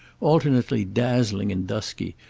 alternately dazzling and dusky,